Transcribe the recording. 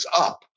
up